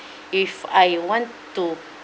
if I want to